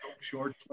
short